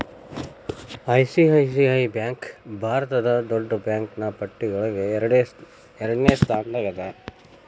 ICICI bank ಭಾರತದ್ ದೊಡ್ಡ್ ಬ್ಯಾಂಕಿನ್ನ್ ಪಟ್ಟಿಯೊಳಗ ಎರಡ್ನೆ ಸ್ಥಾನ್ದಾಗದ